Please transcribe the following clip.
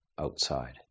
outside